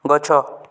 ଗଛ